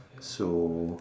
so